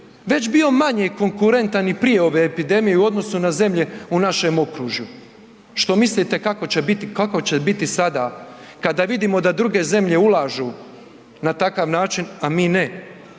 već bio manje konkurentan i prije ove epidemije u odnosu na zemlje u našem okružju. Što mislite kako će biti sada kada vidimo da druge zemlje ulažu na takav način, a mi ne.